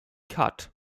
kath